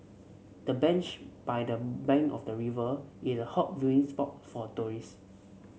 the bench by the bank of the river is a hot viewing spot for tourist